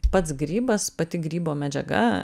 pats grybas pati grybo medžiaga